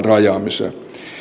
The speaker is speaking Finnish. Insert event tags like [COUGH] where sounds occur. [UNINTELLIGIBLE] rajaamiseen